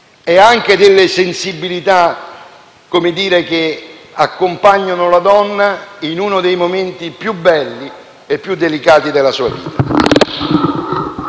strame delle sensibilità che accompagnano la donna in uno dei momenti più belli e più delicati della sua vita?